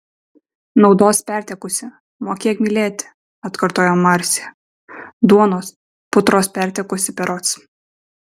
naudos pertekusi mokėk mylėti atkartojo marcė duonos putros pertekusi berods